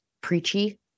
preachy